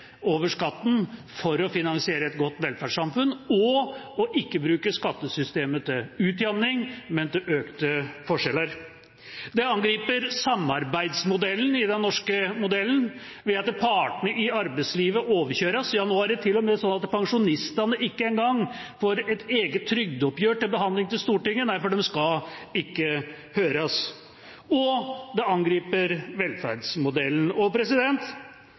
for å finansiere et godt velferdssamfunn, og ved ikke å bruke skattesystemet til utjevning, men til økte forskjeller. De angriper samarbeidsmodellen i den norske modellen ved at partene i arbeidslivet overkjøres. Nå er det til og med sånn at pensjonistene ikke en gang får et eget trygdeoppgjør til behandling i Stortinget, for de skal ikke høres. Dette angriper også velferdsmodellen.